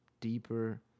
deeper